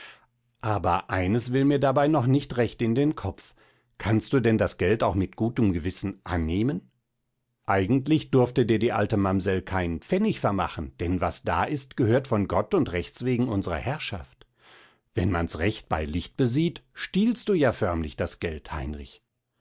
aber eines will mir dabei noch nicht recht in den kopf kannst du denn das geld auch mit gutem gewissen annehmen eigentlich durfte dir die alte mamsell keinen pfennig vermachen denn was da ist gehört von gott und rechts wegen unserer herrschaft wenn man's recht bei licht besieht stiehlst du ja förmlich das geld heinrich